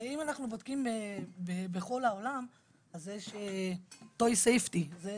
אם אנחנו בודקים בכל העולם, אז יש toy safety, זה